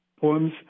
poems